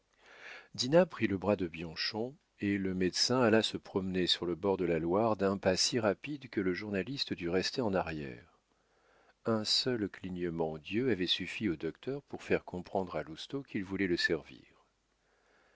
prit le bras de bianchon et le médecin alla se promener sur le bord de la loire d'un pas si rapide que le journaliste dut rester en arrière un seul clignement d'yeux avait suffi au docteur pour faire comprendre à lousteau qu'il voulait le servir